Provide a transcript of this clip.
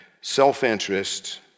self-interest